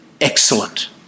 excellent